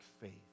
faith